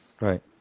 Right